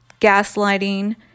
gaslighting